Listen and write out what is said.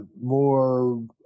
more